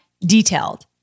detailed